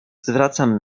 zwracam